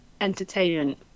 entertainment